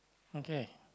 okay